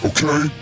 Okay